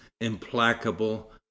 implacable